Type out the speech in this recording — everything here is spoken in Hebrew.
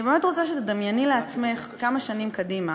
אני באמת רוצה שתדמייני לעצמך כמה שנים קדימה